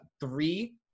three